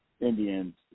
Indians